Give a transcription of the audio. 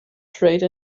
trade